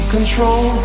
control